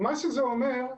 מה שזה אומר,